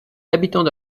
habitants